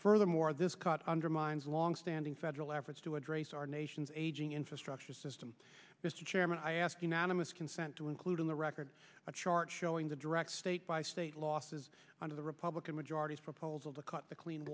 furthermore this cut undermines longstanding federal efforts to address our nation's aging infrastructure system mr chairman i ask unanimous consent to include in the record a chart showing the direct state by state losses under the republican majorities proposal to cut the clean